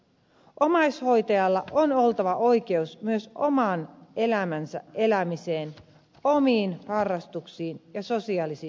omaishoitajalla on oltava oikeus myös oman elämänsä elämiseen omiin harrastuksiin ja sosiaalisiin suhteisiin